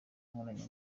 nkoranya